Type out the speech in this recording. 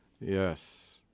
Yes